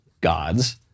gods